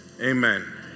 Amen